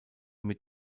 mit